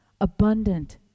abundant